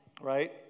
Right